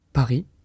Paris